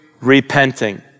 repenting